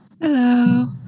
Hello